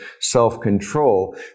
self-control